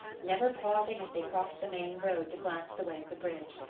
never pausing as they crossed the main road to glance the way of the bridge.